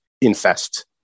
Infest